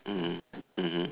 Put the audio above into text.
mmhmm mmhmm